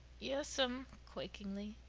yes'm quakingly.